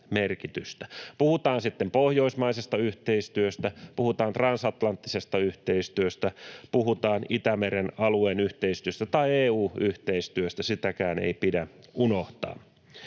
puhutaan sitten pohjoismaisesta yhteistyöstä, puhutaan transatlanttisesta yhteistyöstä, puhutaan Itämeren alueen yhteistyöstä tai EU-yhteistyöstä — sitäkään ei pidä unohtaa.